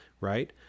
right